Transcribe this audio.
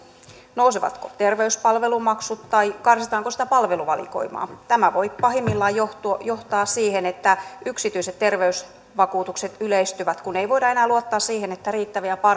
nousevatko terveyspalvelumaksut tai karsitaanko sitä palveluvalikoimaa tämä voi pahimmillaan johtaa johtaa siihen että yksityiset terveysvakuutukset yleistyvät kun ei voida enää luottaa siihen että riittäviä